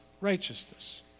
righteousness